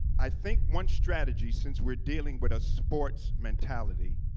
i think one strategy since we're dealing with a sports mentality,